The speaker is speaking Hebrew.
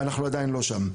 ואנחנו עדיין לא שם.